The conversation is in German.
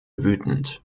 wütend